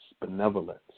benevolence